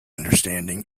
understanding